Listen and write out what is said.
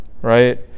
right